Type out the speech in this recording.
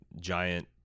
giant